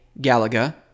Galaga